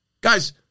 Guys